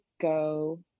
go